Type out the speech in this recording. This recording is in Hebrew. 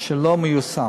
שלא מיושמות.